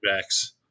backs